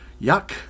yuck